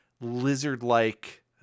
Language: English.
lizard-like